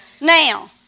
Now